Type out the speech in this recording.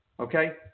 Okay